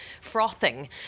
frothing